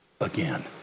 again